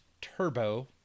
turbo